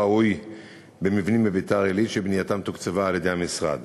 ראוי במבנים בביתר-עילית שבנייתם תוקצבה על-ידי המשרד.